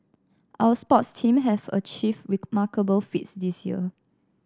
our sports teams have achieved remarkable feats this year